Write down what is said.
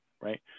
Right